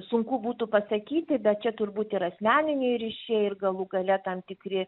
sunku būtų pasakyti bet čia turbūt ir asmeniniai ryšiai ir galų gale tam tikri